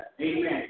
Amen